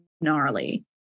gnarly